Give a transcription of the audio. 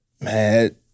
Man